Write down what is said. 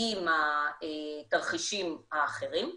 עם התרחישים האחרים.